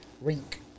Rink